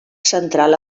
central